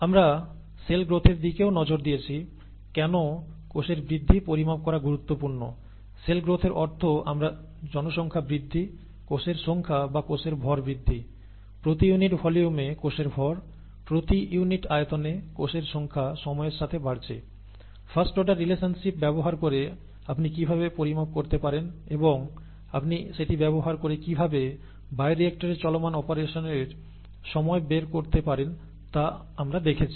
আমরা সেল গ্রোথের দিকেও নজর দিয়েছি কেন কোষের বৃদ্ধি পরিমাপ করা গুরুত্বপূর্ণ সেল গ্রোথের অর্থ আমরা জনসংখ্যা বৃদ্ধি কোষের সংখ্যা বা কোষের ভর বৃদ্ধি প্রতি ইউনিট ভলিউমে কোষের ভর প্রতি ইউনিট আয়তনে কোষের সংখ্যা সময়ের সাথে বাড়ছে ফাস্ট অর্ডার রিলেশনশিপ ব্যবহার করে আপনি কিভাবে পরিমাপ করতে পারেন এবং আপনি সেটি ব্যবহার করে কিভাবে বায়োরিয়্যাক্টরে চলমান অপারেশনর সময় বের করতে পারেন তা আমরা দেখেছি